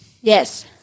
Yes